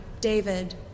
David